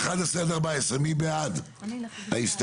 11 עד 14, מי בעד ההסתייגויות?